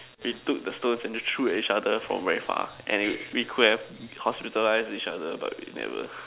we took the stones and then threw at each other from very far and it we could have hospitalized each other but we never